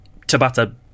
Tabata